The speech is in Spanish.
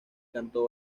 cantó